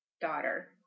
daughter